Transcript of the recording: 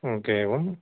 म् के एवम्